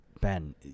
Ben